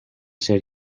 ser